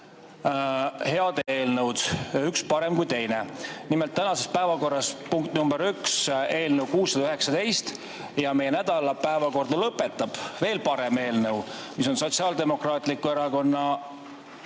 head eelnõu, üks parem kui teine. Nimelt, tänases päevakorras on punkt nr 1 eelnõu 619 ja meie nädala päevakorra lõpetab veel parem eelnõu, mis on Sotsiaaldemokraatliku Erakonna